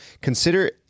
consider